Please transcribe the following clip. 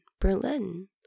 Berlin